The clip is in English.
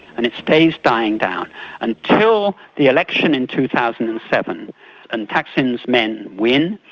and it stays dying down until the election in two thousand and seven and thaksin's men win,